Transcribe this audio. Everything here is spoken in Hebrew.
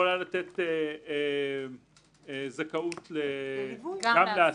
יכולה לתת זכאות גם להסעה.